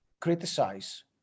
criticize